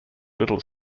little